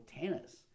tennis